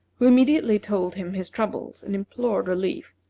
who immediately told him his troubles and implored relief.